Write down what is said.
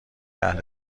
اهل